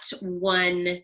one